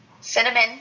cinnamon